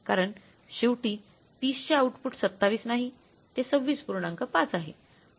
कारण शेवटी 30 चे आउटपुट २७ नाही ते 26